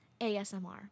ASMR